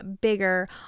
bigger